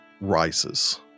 rises